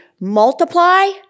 multiply